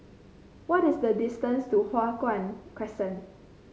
what is the distance to Hua Guan Crescent